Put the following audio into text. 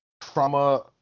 trauma